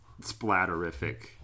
splatterific